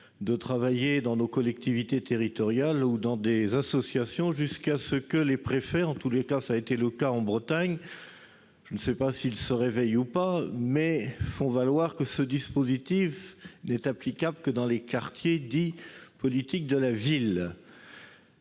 de travailler dans les collectivités territoriales ou dans des associations, jusqu'à ce que des préfets- comme cela a été le cas en Bretagne -, se réveillent et fassent valoir que ce dispositif n'était applicable que dans les quartiers dits « politique de la ville